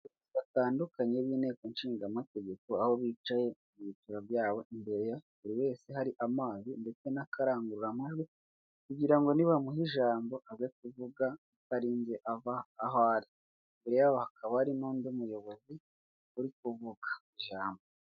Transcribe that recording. Batandukanye n'inteko nshingamategeko aho bicaye mu byiciro byabo, imbere ya buri wese hari amazi ndetse n'akarangururamajwi kugira ngo nibamuhe ijambo aze kuvuga atarinze ava aho ari, imbere yabo hakaba hari n'undi muyobozi uri kuvuga ijambo.